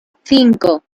cinco